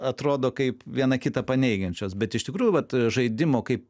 atrodo kaip viena kitą paneigiančios bet iš tikrųjų vat žaidimo kaip